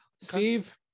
Steve